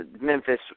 Memphis